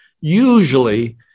Usually